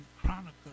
Chronicles